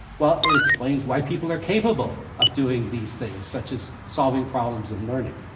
well, it explains why people are capable of doing these things such as solving problems and learning.